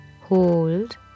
Hold